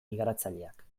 migratzaileak